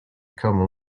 common